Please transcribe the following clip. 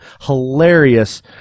hilarious